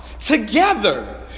together